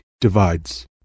divides